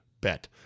bet